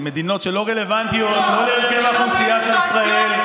לך למדינות אי כמו ישראל.